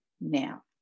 now